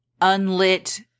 unlit